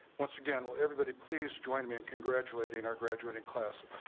once again, everybody please join me in congratulating our graduating class of